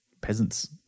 peasants